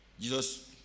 Jesus